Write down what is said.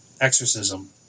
exorcism